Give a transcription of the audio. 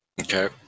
Okay